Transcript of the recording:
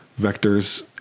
vectors